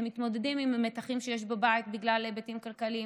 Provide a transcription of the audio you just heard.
הם מתמודדים עם המתחים שיש בבית בגלל היבטים כלכליים.